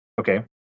Okay